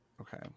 Okay